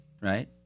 right